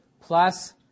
plus